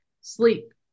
sleep